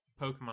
Pokemon